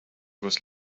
was